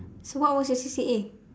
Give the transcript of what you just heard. so what was your C_C_A